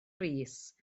rees